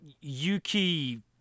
Yuki